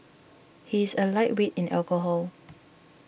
he is a lightweight in alcohol